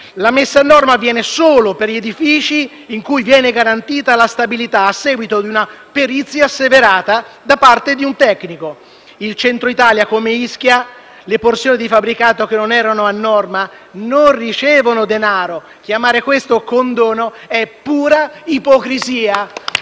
La messa a norma avviene solo per gli edifici in cui viene garantita la stabilità a seguito di una perizia asseverata da parte di un tecnico. In Centro Italia, come Ischia, le porzioni di fabbricato che non erano a norma non ricevono denaro. Chiamare questo condono è pura ipocrisia.